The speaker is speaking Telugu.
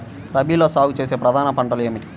రబీలో సాగు చేసే ప్రధాన పంటలు ఏమిటి?